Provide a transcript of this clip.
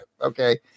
Okay